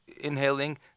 inhaling